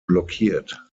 blockiert